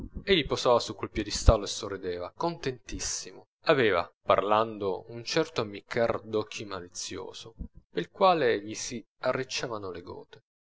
egli posava su quel piedestallo e sorrideva contentissimo aveva parlando un certo ammiccar d'occhi malizioso pel quale gli si arricciavano le gote